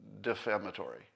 defamatory